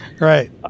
Right